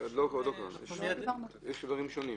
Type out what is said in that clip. יש סכומים שונים,